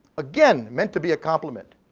again, meant to be a compliment.